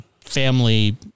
family